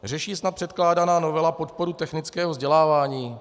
Řeší snad předkládaná novela podporu technického vzdělávání?